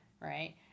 Right